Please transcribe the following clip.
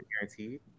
guaranteed